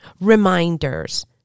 reminders